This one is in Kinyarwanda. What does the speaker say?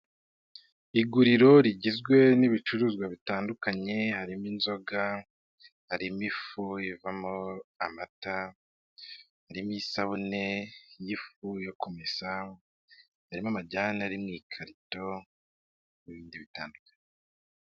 Iguriro rigizwe n'ibicuruzwa bitandukanye, harimo inzoga, harimo ifu ivamo amata, harimo isabune y'ifu yo kumesa, harimo amajyane ari mu' ikarito, n'ibindi bitandukanye.